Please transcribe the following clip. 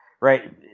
right